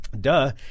Duh